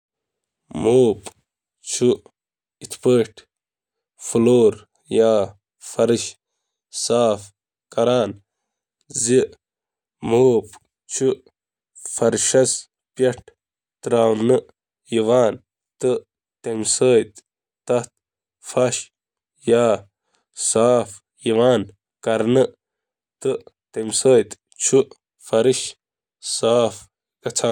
Mop (یتھ کٔنۍ زَن فرش موپ) چُھ اکھ ماس یا موٹے تار یا سوت بیترِ ہُنٛد بنڈل، یا کپرُک اکھ ٹُکرٕ، سپنج یا باقی جذب کرن وول مواد، یُس قطب یا لورِ سۭتۍ جُڑِتھ چُھ۔ یہٕ چُھ مائع بھگاونہٕ خاطرٕ، فرش تہٕ باقی سطحن ہنٛز صفائی خاطرٕ، گردٕ ژٹنہٕ خاطرٕ، یا صفائی ہنٛد باقی مقصدن خاطرٕ استعمال یوان کرنہٕ۔